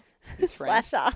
Slasher